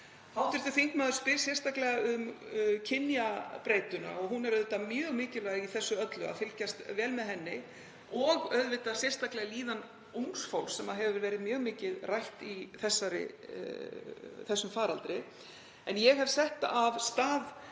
Hv. þingmaður spyr sérstaklega um kynjabreytuna og hún er auðvitað mjög mikilvæg í þessu öllu, að fylgjast vel með henni og sérstaklega líðan ungs fólks, það hefur verið mjög mikið rætt í þessum faraldri. Ég hef sett af stað